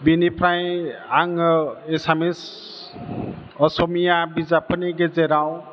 बेनिफ्राय आङो एसामिस असमिया बिजाबफोरनि गेजेराव